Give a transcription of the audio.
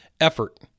Effort